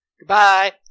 goodbye